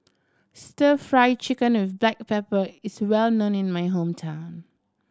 Stir Fry Chicken with black pepper is well known in my hometown